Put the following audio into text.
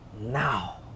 Now